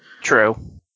True